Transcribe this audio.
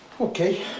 Okay